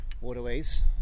waterways